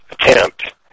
attempt